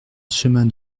chemin